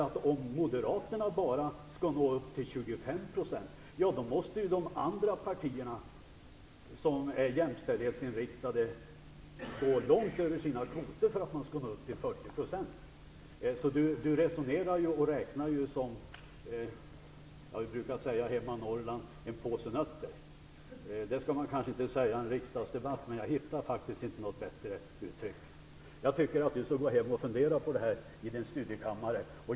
Om Moderaterna bara skall nå upp till 25 %, då måste de andra partierna, som är jämställdhetsinriktade, gå långt över sina kvoter för att nå 40 %. Inger René resonerar och räknar som en påse nötter, som man brukar säga hemma i Norrland. Det skall man kanske inte säga i en riksdagsdebatt, men jag hittar faktiskt inte något bättre uttryck. Jag tycker att Inger René skall gå hem och fundera på detta.